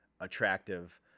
attractive